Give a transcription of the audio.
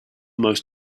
most